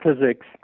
physics